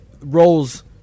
roles